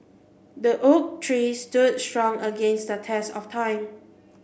the oak tree stood strong against the test of time